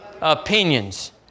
opinions